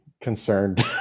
concerned